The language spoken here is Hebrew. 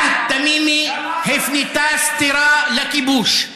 עהד תמימי הפנתה סטירה לכיבוש.